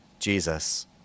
Jesus